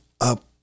up